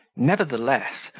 nevertheless,